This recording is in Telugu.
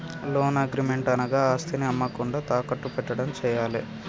లోన్ అగ్రిమెంట్ అనగా ఆస్తిని అమ్మకుండా తాకట్టు పెట్టడం చేయాలే